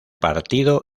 partido